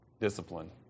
Discipline